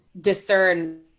discern